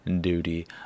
duty